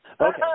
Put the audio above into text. Okay